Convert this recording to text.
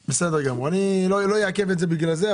אני לא אעכב את זה בגלל זה,